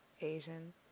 Asian